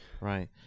Right